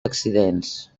accidents